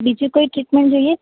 બીજી કોઈ ટ્રીટમેન્ટ જોઈએ